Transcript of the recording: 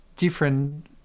different